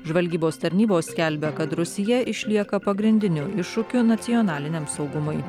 žvalgybos tarnybos skelbia kad rusija išlieka pagrindiniu iššūkiu nacionaliniam saugumui